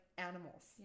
animals